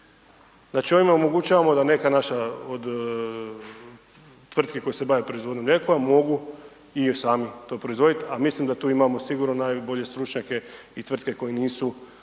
Znači, ovime omogućavamo da neka naša od tvrtke koje se bave proizvodnje lijekova, mogu i sami to proizvoditi, a mislim da tu imamo sigurno najbolje stručnjake i tvrtke koje nisu